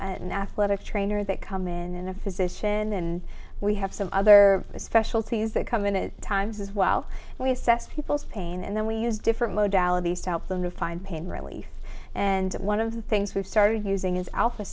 an athletic trainer that come in the physician and we have some other specialties that come in at times as well and we assess people's pain and then we use different modahl of these to help them to find pain relief and one of the things we've started using is al